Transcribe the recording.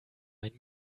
mein